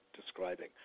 describing